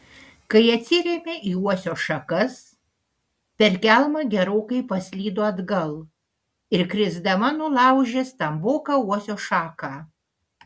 kai atsirėmė į uosio šakas per kelmą gerokai paslydo atgal ir krisdama nulaužė stamboką uosio šaką